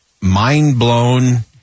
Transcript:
mind-blown